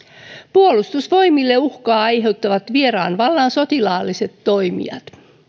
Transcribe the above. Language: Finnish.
puolustusvoimille uhkaa aiheuttavat vieraan vallan sotilaalliset toimijat